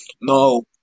No